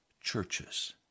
churches